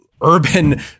urban